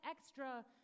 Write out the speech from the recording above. extra